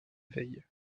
veille